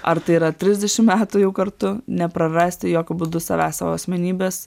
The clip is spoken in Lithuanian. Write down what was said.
ar tai yra trisdešim metų jau kartu neprarasti jokiu būdu savęs savo asmenybės